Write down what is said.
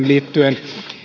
liittyen